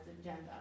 agenda